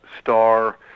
STAR